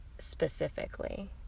specifically